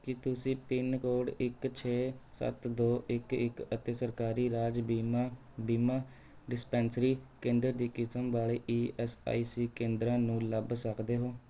ਕੀ ਤੁਸੀਂ pin code ਇੱਕ ਛੇ ਸੱਤ ਦੋ ਇੱਕ ਇੱਕ ਅਤੇ ਸਰਕਾਰੀ ਰਾਜ ਬੀਮਾ ਬੀਮਾ ਡਿਸਪੈਂਸਰੀ ਕੇਂਦਰ ਦੀ ਕਿਸਮ ਵਾਲੇ ਈ ਐਸ ਆਈ ਸੀ ਕੇਂਦਰਾਂ ਨੂੰ ਲੱਭ ਸਕਦੇ ਹੋ